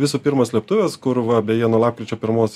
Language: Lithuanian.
visų pirma slėptuvės kur va beje nuo lapkričio pirmos